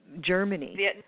Germany